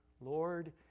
Lord